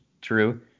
true